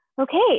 Okay